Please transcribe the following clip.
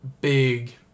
big